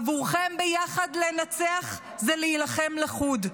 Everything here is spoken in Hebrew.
עבורכם "ביחד ננצח" זה להילחם לחוד.